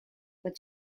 but